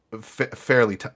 fairly